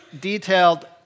detailed